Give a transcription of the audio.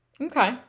Okay